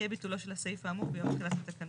יהיה ביטולו של הסעיף האמור ביום תחילת התקנות.